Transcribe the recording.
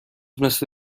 مثل